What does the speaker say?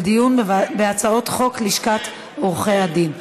חוק ומשפט לדיון בהצעות חוק לשכת עורכי הדין נתקבלה.